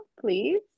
please